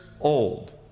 old